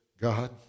God